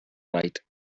right